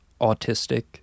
autistic